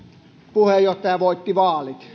puheenjohtaja voitti vaalit